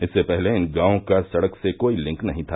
इससे पहले इन गांवों का सड़क से कोई लिंक नहीं था